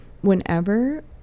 whenever